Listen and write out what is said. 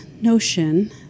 notion